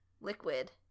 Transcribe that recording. liquid